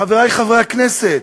חברי חברי הכנסת,